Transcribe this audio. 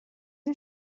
این